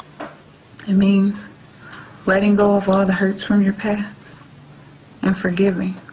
it means letting go of all the hurts from your past and forgiving.